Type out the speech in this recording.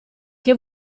che